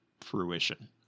fruition